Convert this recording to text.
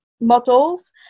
models